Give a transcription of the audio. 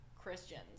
christians